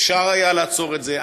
אפשר היה לעצור את זה.